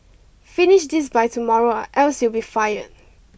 finish this by tomorrow or else you'll be fired